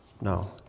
no